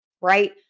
right